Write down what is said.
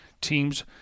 teams